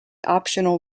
optional